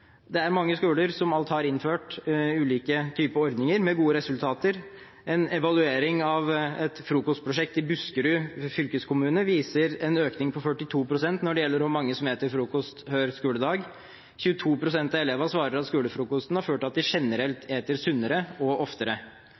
Det er mange skoler som alt har innført ulike typer ordninger med gode resultater. En evaluering av et frokostprosjekt i Buskerud fylkeskommune viser en økning på 42 pst. når det gjelder hvor mange som spiser frokost hver skoledag. 22 pst. av elevene svarer at skolefrokosten har ført til at de generelt spiser sunnere og oftere.